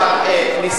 ניסיתי,